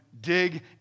dig